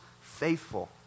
faithful